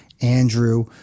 Andrew